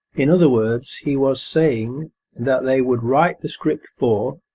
in other words, he was saying that they would write the script for,